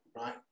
right